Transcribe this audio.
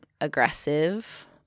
aggressive